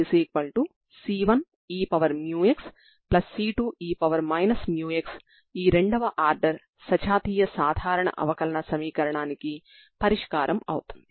ఇప్పుడు x లలో వున్న పదం సాధారణ అవకలన సమీకరణాన్ని సూచిస్తుంది